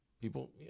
People